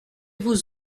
vous